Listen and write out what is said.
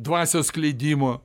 dvasios skleidimo